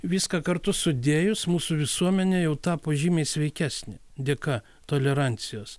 viską kartu sudėjus mūsų visuomenė jau tapo žymiai sveikesnė dėka tolerancijos